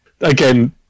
again